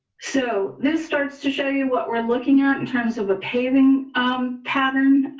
so, this starts to show you what we're looking at in terms of the paving um pattern.